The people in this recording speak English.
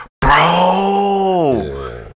bro